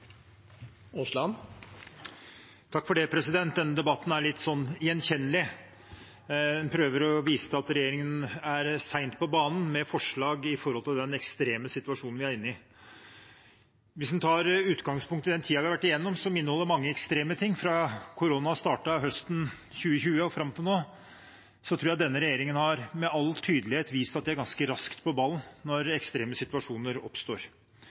på banen med forslag når det gjelder den ekstreme situasjonen vi er inne i. Hvis en tar utgangspunkt i den tiden vi har vært igjennom – som inneholder mange ekstreme ting, fra korona startet i 2020 og fram til nå – tror jeg denne regjeringen med all tydelighet har vist at den er ganske raskt på ballen når ekstreme situasjoner oppstår.